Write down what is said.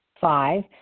Five